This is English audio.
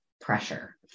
pressure